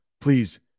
please